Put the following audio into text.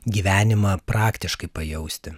gyvenimą praktiškai pajausti